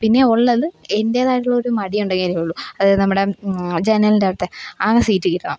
പിന്നെ ഉള്ളത് എൻ്റേതായിട്ടുള്ള ഒരു മടിയുണ്ടെങ്കിലേ ഉള്ളു അതായത് നമ്മുടെ ജനലിൻ്റെ അവിടുത്തെ ആ സീറ്റ് കിട്ടണം